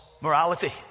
morality